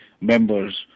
members